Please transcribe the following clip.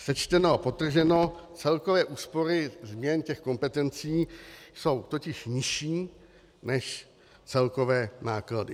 Sečteno a podtrženo, celkové úspory změn těch kompetencí jsou totiž nižší než celkové náklady.